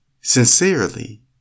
Sincerely